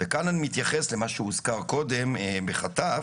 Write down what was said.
וכאן אני מתייחס למה שהוזכר קודם בחטף,